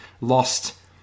lost